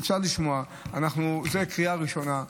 אפשר לשמוע, זאת קריאה ראשונה.